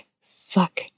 fuck